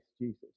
Jesus